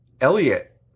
Elliot